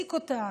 שהעסיק אותה